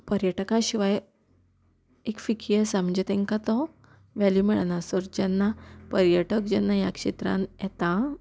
पर्यटका शिवाय एक फिकी आसा म्हणजे तेंकां तो वेल्यू मेळना सर जेन्ना पर्यटक जेन्ना ह्या क्षेत्रान येता